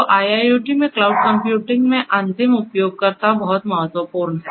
तो IIoT में cloud computing में अंतिम उपयोगकर्ता बहुत महत्वपूर्ण हैं